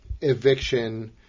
eviction